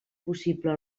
possible